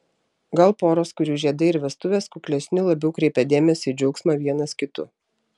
gal poros kurių žiedai ir vestuvės kuklesni labiau kreipia dėmesį į džiaugsmą vienas kitu